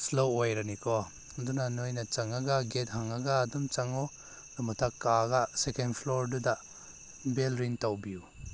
slow ꯑꯣꯏꯔꯅꯤꯀꯣ ꯑꯗꯨꯅ ꯅꯣꯏꯅ ꯆꯪꯉꯒ ꯒꯦꯠ ꯍꯥꯡꯉꯒ ꯑꯗꯨꯝ ꯆꯪꯉꯣ ꯑꯗꯨꯝ ꯃꯊꯛ ꯀꯥꯔꯒ ꯁꯦꯀꯦꯟ ꯐ꯭ꯂꯣꯔꯗꯨꯗ ꯕꯦꯜ ꯔꯤꯡ ꯇꯧꯕꯤꯌꯨ